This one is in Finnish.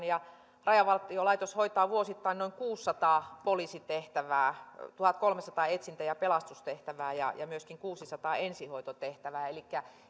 ja rajavartiolaitos hoitaa vuosittain noin kuusisataa poliisitehtävää tuhatkolmesataa etsintä ja pelastustehtävää ja myöskin kuusisataa ensihoitotehtävää elikkä